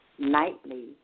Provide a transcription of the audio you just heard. nightly